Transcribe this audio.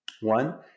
One